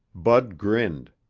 bud grinned.